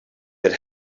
that